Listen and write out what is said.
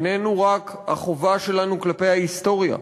איננו רק החובה שלנו כלפי ההיסטוריה,